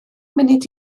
munud